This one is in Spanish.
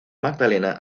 magdalena